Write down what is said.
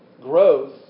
growth